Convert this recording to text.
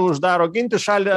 uždaro ginti šalį